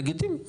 לגיטימי,